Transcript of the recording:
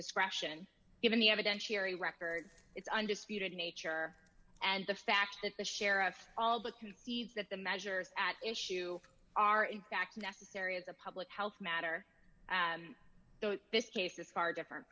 discretion given the evidence sherry records it's undisputed nature and the fact that the sheriff's all the concedes that the measures at issue are in fact necessary is a public health matter so this case is far different